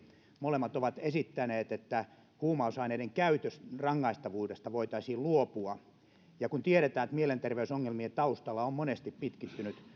molemmat ovat esittäneet että huumausaineiden käytön rangaistavuudesta voitaisiin luopua kun tiedetään että mielenterveysongelmien taustalla on monesti pitkittynyt